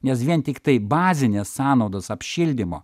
nes vien tiktai bazinės sąnaudos apšildymo